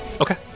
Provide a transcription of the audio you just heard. Okay